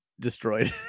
destroyed